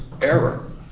error